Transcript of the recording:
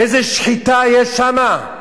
איזו שחיטה יש שם?